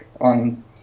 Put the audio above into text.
on